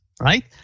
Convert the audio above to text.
Right